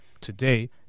today